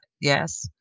Yes